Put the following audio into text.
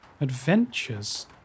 Adventures